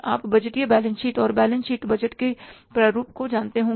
आप बजटीय balance sheet और बैलेंस शीट बजट के प्रारूप को जानते होंगे